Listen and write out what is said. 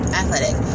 athletic